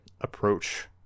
approach